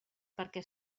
perquè